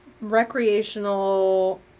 recreational